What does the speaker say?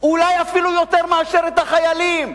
אולי אפילו יותר מאשר את החיילים,